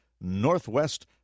Northwest